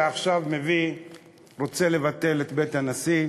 ועכשיו רוצה לבטל את בית הנשיא,